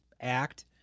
act